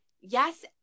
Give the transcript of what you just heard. yes